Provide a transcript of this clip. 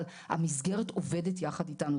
אבל המסגרת עובדת יחד איתנו.